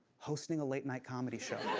hosting a late night comedy show.